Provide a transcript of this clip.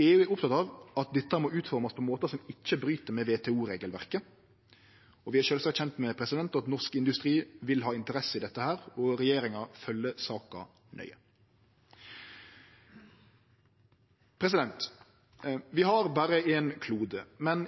EU er oppteken av at dette må utformast på måtar som ikkje bryt med WTO-regelverket. Vi er sjølvsagt kjende med at norsk industri vil ha interesser i dette, og regjeringa følgjer saka nøye. Vi har berre ein klode, men